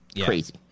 crazy